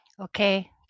okay